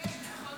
יאסין, עד